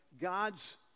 God's